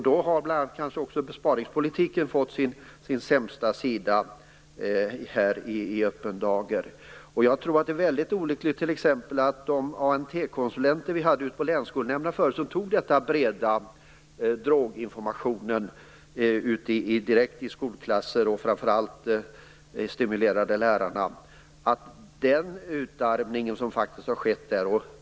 Då ser vi också besparingspolitiken från sin sämsta sida i öppen dagen. Den utarmning som har skett när det gäller t.ex. de ANT-konsulenter som förut fanns på länsskolnämnderna, och som arbetade med bred droginformation ute i skolklasser och framför allt stimulerade lärarna, är väldigt olycklig.